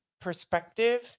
perspective